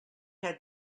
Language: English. had